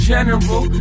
general